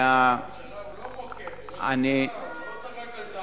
הוא ראש הממשלה, הוא לא צריך רק לזהות.